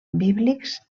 bíblics